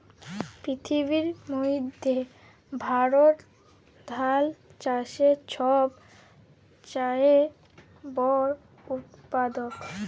পিথিবীর মইধ্যে ভারত ধাল চাষের ছব চাঁয়ে বড় উৎপাদক